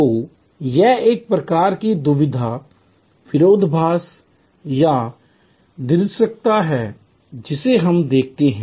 तो यह एक प्रकार की दुविधा विरोधाभास या द्वंद्वात्मकता है जिसे हम देखते हैं